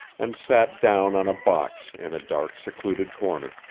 and sat down on a box in a dark, secluded corner.